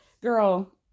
Girl